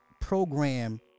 program